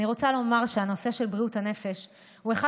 אני רוצה לומר שהנושא של בריאות הנפש הוא אחד